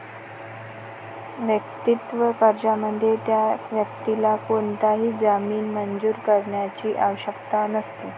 वैयक्तिक कर्जामध्ये, त्या व्यक्तीला कोणताही जामीन मंजूर करण्याची आवश्यकता नसते